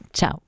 Ciao